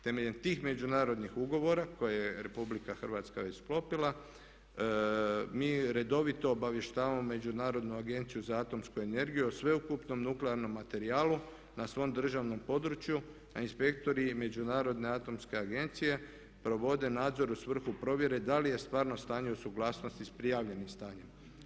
Temeljem tih međunarodnih ugovora koje je RH i sklopila mi redovito obavještavamo Međunarodnu agenciju za atomsku energiju o sveukupnom nuklearnom materijalu na svom državnom području a inspektori i Međunarodne atomske agencije provede nadzor u svrhu provjere da li je stvarno stanje u suglasnosti s prijavljenim stanjem.